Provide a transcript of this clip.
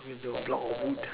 with the block of wood